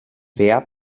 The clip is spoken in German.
wer